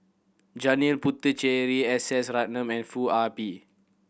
Janil Puthucheary S S Ratnam and Foo Ah Bee